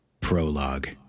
prologue